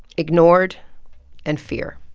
ignored and fear